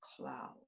cloud